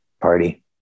party